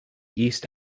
east